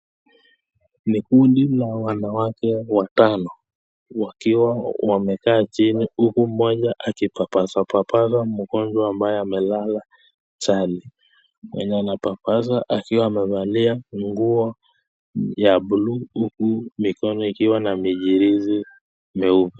Ni kundi la wanawake watano wakiwa wamekaa chini huku mmoja akipapasapasasa mgonjwa ambaye amelala chali, mwenye anapapaswa akiwa amevalia nguo ya (blue) uku mkono ikiwa na mijirizi meupe.